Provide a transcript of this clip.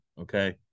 Okay